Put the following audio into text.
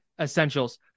essentials